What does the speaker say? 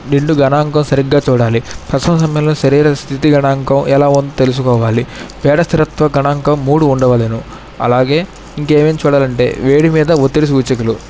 నిండు గణాంకం సరిగ్గా చూడాలి ప్రసవం సమయంలో శరీర స్థితి గణాంకం ఎలా ఉందో తెలుసుకోవాలి పేడ స్థిరత్వ గణాంకం మూడు ఉండవలెను అలాగే ఇంకా ఏమేం చూడాలంటే వేడి మీద ఒత్తిడి సూచికలు